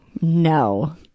No